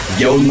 yo